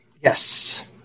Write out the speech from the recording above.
Yes